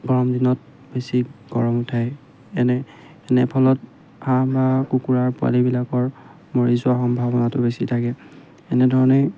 গৰম দিনত বেছি গৰম উঠায় এনে এনে ফলত হাঁহ বা কুকুৰাৰ পোৱালিবিলাকৰ মৰি যোৱাৰ সম্ভাৱনাটো বেছি থাকে এনেধৰণেই